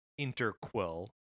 interquill